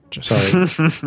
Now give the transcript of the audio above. Sorry